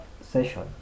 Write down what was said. session